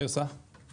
אני